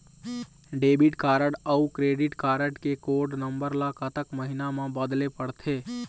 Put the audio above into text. Debit card अऊ credit card के code number ला कतक महीना मा बदले पड़थे?